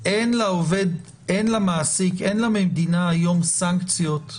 אין למעסיק, אין למדינה היום סנקציות.